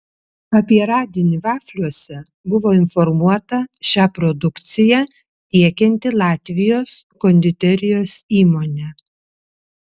apie radinį vafliuose buvo informuota šią produkciją tiekianti latvijos konditerijos įmonė